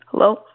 Hello